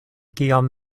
kiam